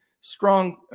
strong